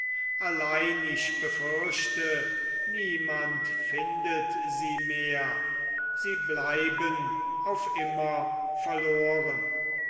allein ich befürchte niemand findet sie mehr sie bleiben auf immer verloren